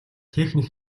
техник